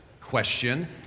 question